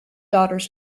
daughters